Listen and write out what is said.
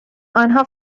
آنها